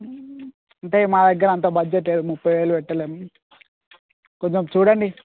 అంటే మా దగ్గర అంత బడ్జెట్ లేదు ముప్పై వేలు పెట్టలేము కొంచెం చూడండి